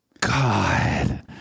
God